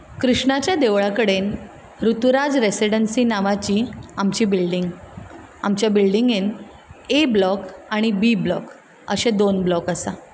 कृष्णाच्या देवळा कडेन ऋतुराज रेजिडेंसी नांवाची आमची बिल्डींग आमच्या बिल्डिंगेंत ए ब्लॉक आनी बी ब्लॉक अशें दोन ब्लॉक आसात